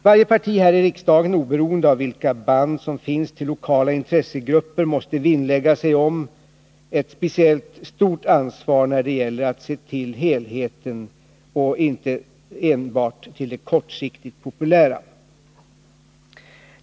Varje parti här i riksdagen, oberoende av vilka band som finns till lokala intressegrupper, måste vinnlägga sig om ett speciellt stort ansvar då det gäller att se till helheten och inte enbart till det kortsiktigt populära.